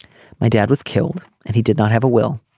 my dad was killed and he did not have a will.